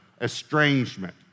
estrangement